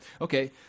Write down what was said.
Okay